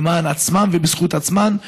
למען עצמם ובזכות עצמם,